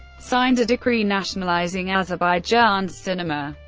signed a decree nationalizing azerbaijan's cinema.